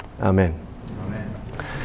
Amen